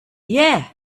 yeah